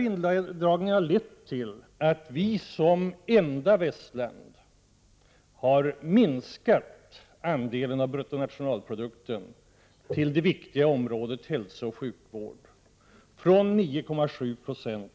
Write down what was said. Indragningarna har lett till att Sverige som enda västland har minskat andelen av bruttonationalprodukten beträffande det viktiga området hälsooch sjukvård från 9,7 9